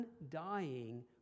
undying